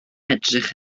edrych